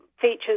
features